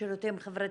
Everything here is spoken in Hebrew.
שירותים חברתיים.